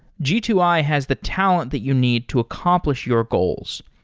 g two i has the talent that you need to accomplish your goals.